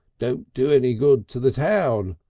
don't do any good to the town,